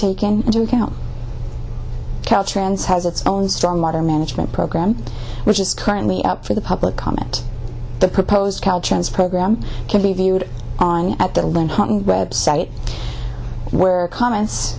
taken into account caltrans has its own strong modern management program which is currently up for the public comment the proposed caltrans program can be viewed on at that link hunting website where comments